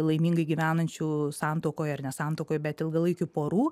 laimingai gyvenančių santuokoje ar ne santuokoj bet ilgalaikių porų